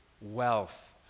wealth